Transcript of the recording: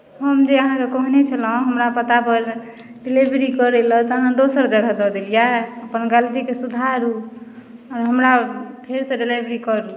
हम जे अहाँकेँ कहने छलहुँ हमरा पतापर डिलीवरी करय लेल तऽअहाँ दोसर जगह दऽ देलियै अपन गलतीकेँ सुधारू आ हमरा फेरसँ डिलीवरी करू